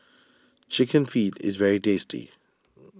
Chicken Feet is very tasty